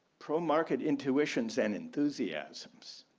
pro-market intuitions and enthusiasms